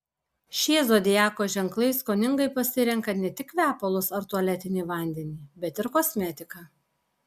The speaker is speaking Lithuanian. šie zodiako ženklai skoningai pasirenka ne tik kvepalus ar tualetinį vandenį bet ir kosmetiką